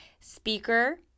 speaker